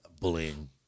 bullying